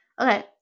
okay